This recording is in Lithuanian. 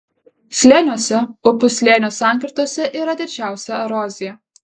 slėniuose upių slėnių sankirtose yra didžiausia erozija